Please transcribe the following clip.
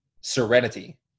serenity